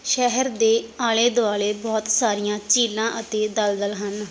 ਸ਼ਹਿਰ ਦੇ ਆਲੇ ਦੁਆਲੇ ਬਹੁਤ ਸਾਰੀਆਂ ਝੀਲਾਂ ਅਤੇ ਦਲਦਲ ਹਨ